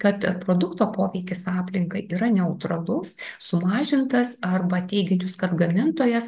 kad produkto poveikis aplinkai yra neutralus sumažintas arba teiginius kad gamintojas